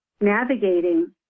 navigating